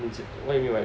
is it what you mean by